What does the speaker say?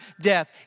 death